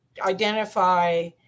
identify